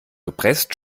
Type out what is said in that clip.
gepresst